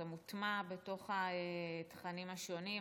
זה מוטמע בתוך התכנים השונים,